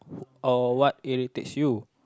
or what irritates you